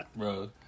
Bro